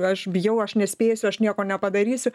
aš bijau aš nespėsiu aš nieko nepadarysiu